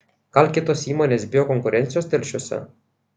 gal kitos įmonės bijo konkurencijos telšiuose